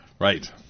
Right